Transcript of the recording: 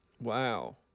wow